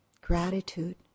gratitude